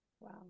Wow